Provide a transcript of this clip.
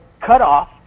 cutoff